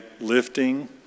lifting